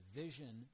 vision